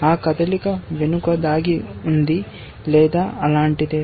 ఆ కదలిక వెనుక దాగి ఉంది లేదా అలాంటిదే